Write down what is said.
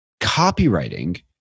copywriting